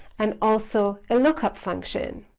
and also a lookup function.